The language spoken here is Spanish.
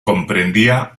comprendía